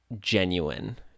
genuine